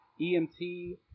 EMT